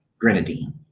grenadine